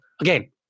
again